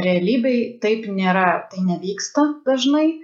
realybėj taip nėra tai nevyksta dažnai